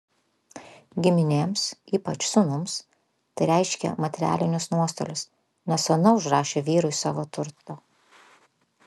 giminėms ypač sūnums tai reiškė materialinius nuostolius nes ona užrašė vyrui savo turto